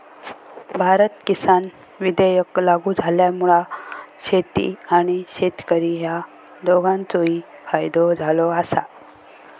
भारत किसान विधेयक लागू झाल्यामुळा शेती आणि शेतकरी ह्या दोघांचोही फायदो झालो आसा